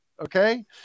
Okay